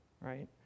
right